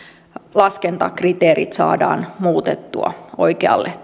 laskentakriteerit saadaan muutettua oikealle